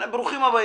ברוכים הבאים.